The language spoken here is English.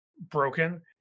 broken